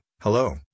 hello